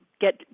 get